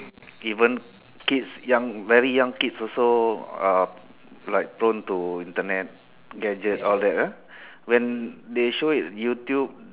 even kids young very young kids also uh like prone to Internet gadgets all that ah when they show it YouTube